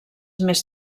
més